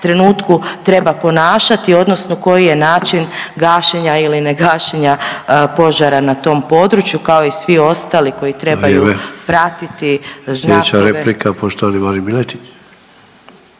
trenutku treba ponašati odnosno koji je način gašenja ili negašenja požara na tom području, kao i svi ostali koji trebaju pratiti